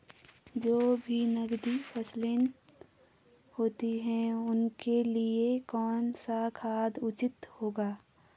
जो भी नकदी फसलें होती हैं उनके लिए कौन सा खाद उचित होगा?